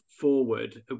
forward